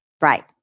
Right